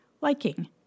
liking